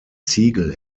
ziegel